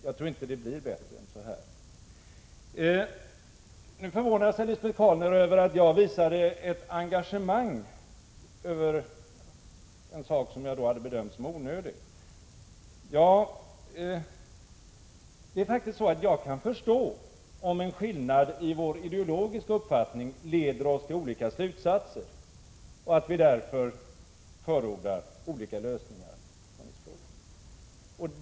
Jag tror inte det kan bli bättre än så här. Lisbet Calner förvånade sig över att jag visade ett sådant engagemang i en sak som jag bedömde som onödig. Ja, jag kan förstå om en skillnad i ideologisk uppfattning leder oss till olika slutsatser och att vi därför förordar olika lösningar i vissa frågor.